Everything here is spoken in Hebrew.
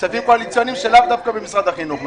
כספים קואליציוניים שהם לאו דווקא במשרד החינוך,